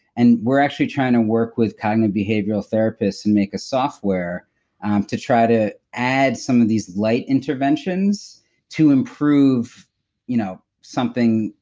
and we're actually trying to work with cognitive behavioral therapists to and make a software um to try to add some of these light interventions to improve you know something.